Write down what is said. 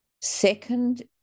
second